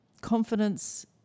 confidence